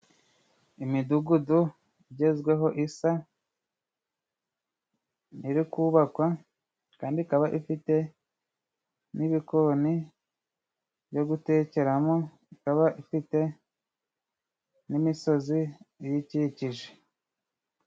Imidugudu igezwe ho isa n'iri kubakwa, kandi ikaba ifite n'ibikoni byo gutekera mo, ikaba ifite n'imisozi iyikikije.